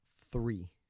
three